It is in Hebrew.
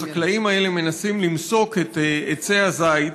החקלאים האלה מנסים למסוק את עצי הזית